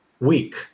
week